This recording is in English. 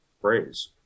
phrase